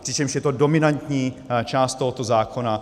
Přičemž je to dominantní část tohoto zákona.